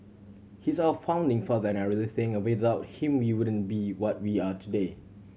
he's our founding father and I really think without him we wouldn't be what we are today